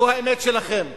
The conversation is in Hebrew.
זו האמת שלכם.